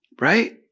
Right